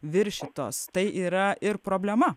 viršytos tai yra ir problema